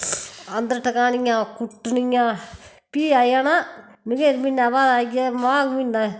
अन्दर टकानियां कुट्टनियां फ्ही आई जाना मघेर म्हीनै बाद आई आ माघ म्हीना